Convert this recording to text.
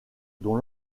dont